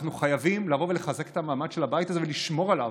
אנחנו חייבים לבוא ולחזק את המעמד של הבית הזה ולשמור עליו.